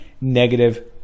negative